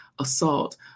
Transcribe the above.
assault